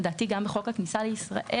ולדעתי גם בחוק הכניסה לישראל,